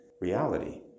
reality